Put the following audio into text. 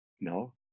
no